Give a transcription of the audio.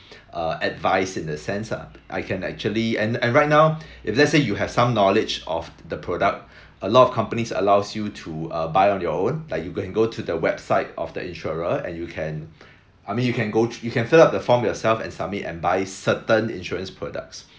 uh advice in a sense ah I can actually and and right now if let's say you have some knowledge of the product a lot of companies allows you to uh buy on your own like you can go to the website of the insurer and you can I mean you can go thr~ you can fill up the form yourself and submit and buy certain insurance products